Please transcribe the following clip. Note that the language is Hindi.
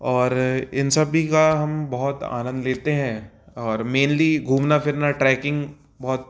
और इन सभी का हम बहुत आनंद लेते हैं और मेनली घूमना फिरना ट्रैकिंग बहुत